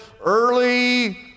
early